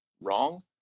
wrong